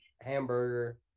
hamburger